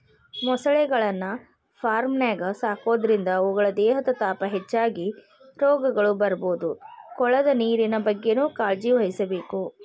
ಮೊಸಳೆಗಳನ್ನ ಫಾರ್ಮ್ನ್ಯಾಗ ಸಾಕೋದ್ರಿಂದ ಅವುಗಳ ದೇಹದ ತಾಪ ಹೆಚ್ಚಾಗಿ ರೋಗಗಳು ಬರ್ಬೋದು ಕೊಳದ ನೇರಿನ ಬಗ್ಗೆನೂ ಕಾಳಜಿವಹಿಸಬೇಕು